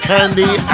Candy